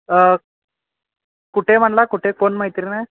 कुठे म्हणाला कुठे कोण मैत्रीण आहे